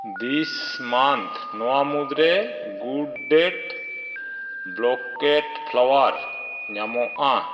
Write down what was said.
ᱫᱤᱥ ᱢᱟᱱᱛᱷ ᱱᱚᱣᱟ ᱢᱩᱫᱽᱨᱮ ᱜᱩᱰᱰᱟᱭᱮᱴ ᱵᱟᱠᱦᱩᱭᱤᱴ ᱯᱷᱞᱟᱣᱟᱨ ᱧᱟᱢᱚᱜᱼᱟ